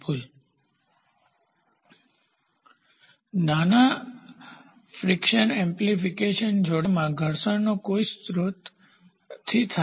slide ટાઇમનો સંદર્ભ લો 3838 નાના ફ્રિકશન એમ્પ્લીફીકેશન પ્રતિબિંબિત વૃદ્ધિ જોડાણમાં ઘર્ષણના કોઈપણ સ્રોત થી થાય છે